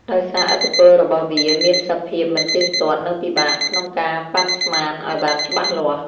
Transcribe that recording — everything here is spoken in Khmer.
ដោយសារឥទ្ធិពលរបស់វាមានសភាពមិនទៀងទាត់ និងពិបាកក្នុងការប៉ាន់ស្មានឱ្យបានច្បាស់លាស់។